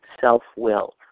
self-will